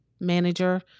manager